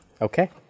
Okay